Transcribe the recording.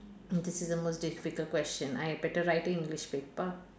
this is the most difficult question I had better writing english paper